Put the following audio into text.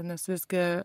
nes visgi